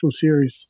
series